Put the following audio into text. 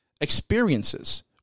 experiences